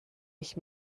ich